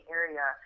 area